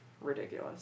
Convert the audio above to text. ridiculous